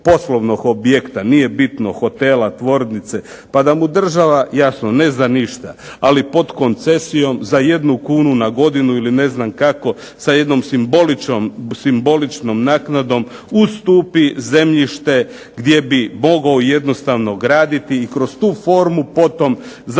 poslovnog objekta, nije bitno hotela, tvornice, pa da mu država jasno ne za ništa, ali pod koncesijom za 1 kunu na godinu ili ne znam kako, sa jednom simboličnom naknadom ustupi zemljište gdje bi mogao jednostavno graditi i kroz tu formu po tom zapošljavati